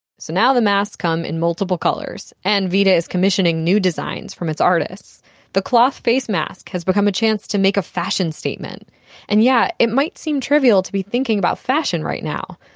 so now the masks come in multiple colors, and vida is commissioning new designs from its artists the cloth face mask has become a chance to make a fashion statement and yes, yeah it might seem trivial to be thinking about fashion right now.